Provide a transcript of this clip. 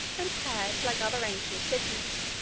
and had, like other ancient cities,